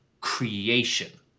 creation